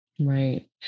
Right